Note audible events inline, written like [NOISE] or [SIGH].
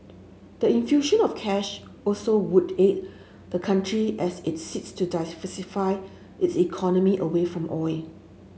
the infusion of cash also would aid the country as it seeks to [UNINTELLIGIBLE] its economy away from oil